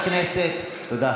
הכנסת, תודה.